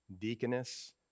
deaconess